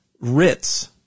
Ritz